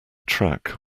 track